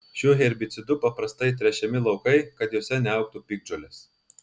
šiuo herbicidu paprastai tręšiami laukai kad juose neaugtų piktžolės